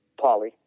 Polly